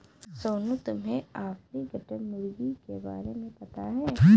सोनू, तुम्हे ऑर्पिंगटन मुर्गी के बारे में पता है?